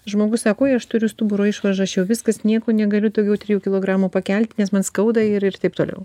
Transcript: žmogus sako oi aš turiu stuburo išvaržą aš jau viskas nieko negaliu daugiau trijų kilogramų pakelti nes man skauda ir ir taip toliau